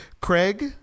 Craig